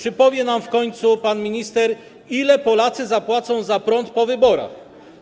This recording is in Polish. Czy powie nam w końcu pan minister, ile Polacy zapłacą za prąd po wyborach?